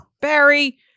Barry